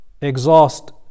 Exhaust